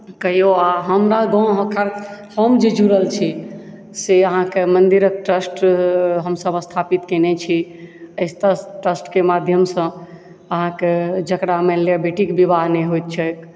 कहियौ अहाँ हमरा गाँव हम जे जुड़ल छी से अहाँके मन्दिरक ट्रस्ट हमसभ स्थापित कयने छी एतय ट्रस्टकेँ माध्यमसँ अहाँके जकरा मानि लिअ बेटीके विवाह नहि होइत छैक